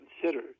consider